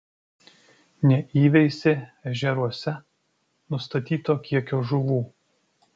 neįveisė ežeruose nustatyto kiekio žuvų